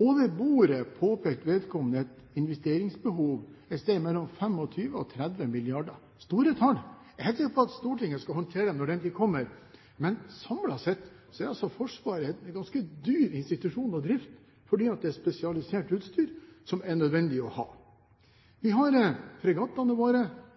Over bordet påpekte vedkommende et investeringsbehov på et sted mellom 25 og 30 mrd. kr – store tall. Jeg er helt sikker på at Stortinget skal håndtere det når den tid kommer, men samlet sett er altså Forsvaret en ganske dyr institusjon å drifte, fordi det er spesialisert utstyr som er nødvendig å ha.